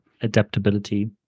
adaptability